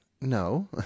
No